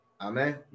Amen